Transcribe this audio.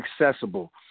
accessible